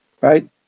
right